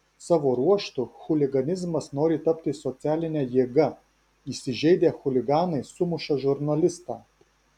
savo ruožtu chuliganizmas nori tapti socialine jėga įsižeidę chuliganai sumuša žurnalistą